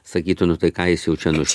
sakytų nu tai ką jis jau čia nu